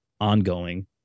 ongoing